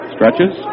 Stretches